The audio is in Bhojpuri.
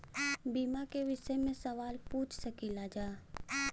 बीमा के विषय मे सवाल पूछ सकीलाजा?